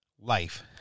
life